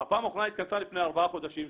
בפעם האחרונה היא התכנסה לפני ארבעה חודשים,